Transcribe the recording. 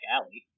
Alley